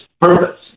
purpose